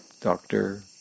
Doctor